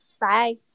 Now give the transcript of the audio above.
Bye